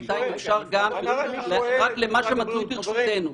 יאושר רק למה שנמצא ברשותנו.